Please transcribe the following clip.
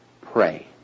pray